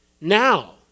Now